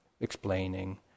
explaining